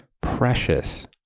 precious